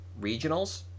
regionals